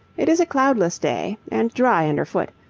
it is a cloudless day and dry under foot,